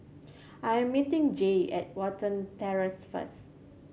I am meeting Jaye at Watten Terrace first